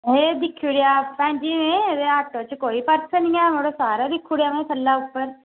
एह् दिक्खी ओड़ेआ भैन जी एह् ऑटो च कोई पर्स निं ऐ एह् सारा दिक्खी ओड़ेआ में थल्लै उप्पर